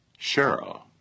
Cheryl